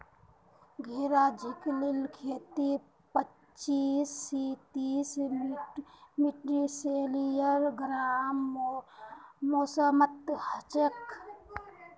घेरा झिंगलीर खेती पच्चीस स तीस डिग्री सेल्सियस गर्म मौसमत हछेक